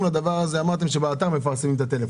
אמרתם שבאתר מפרסמים את הטלפון.